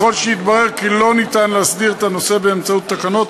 ככל שיתברר כי לא ניתן להסדיר את הנושא באמצעות תקנות,